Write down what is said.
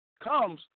comes